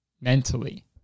mentally